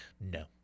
no